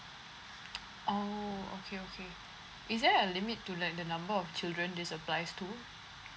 oh okay okay is there a limit to like the number of children this applies to